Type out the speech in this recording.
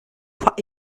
fuck